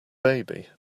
baby